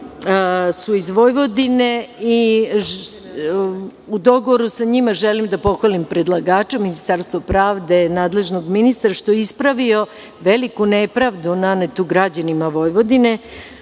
su iz Vojvodine i u dogovoru sa njima želim da pohvalim predlagača, Ministarstvo pravde i nadležnog ministra što je ispravio veliku nepravdu nanetu građanima Vojvodine.